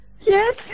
Yes